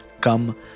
come